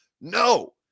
No